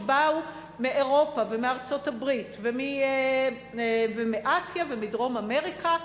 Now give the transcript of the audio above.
שבאו מאירופה ומארצות-הברית ומאסיה ומדרום-אמריקה,